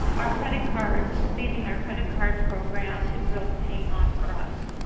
our credit card, expanding our credit card program is really paying off for us.